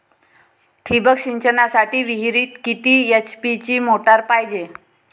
ठिबक सिंचनासाठी विहिरीत किती एच.पी ची मोटार पायजे?